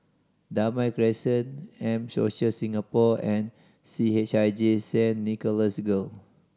Damai Crescent M Social Singapore and C H I J Saint Nicholas Girl